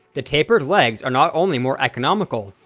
the tapered legs are not only more economical,